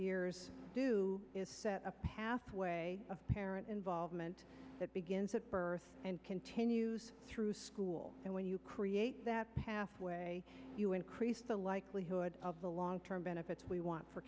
years do is set a pathway of parent involvement that begins at birth and continues through school and when you create that pathway you increase the likelihood of the long term benefits we want for